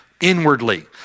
inwardly